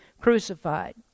crucified